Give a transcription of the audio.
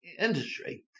industry